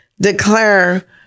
Declare